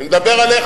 אני מדבר עליך,